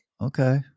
Okay